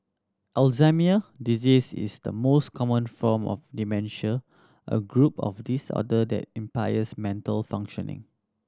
Alzheimer disease is the most common form of dementia a group of disorder that impairs mental functioning